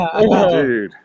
Dude